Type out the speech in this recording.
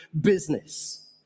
business